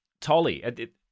tolly